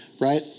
right